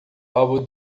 álbum